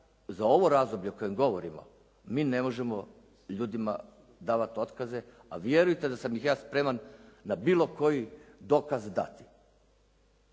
za ovo razdoblje o kojem govorimo mi ne možemo ljudima davati otkaze, a vjerujte da sam ih ja spreman na bilo koji dokaz dati.